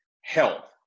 Health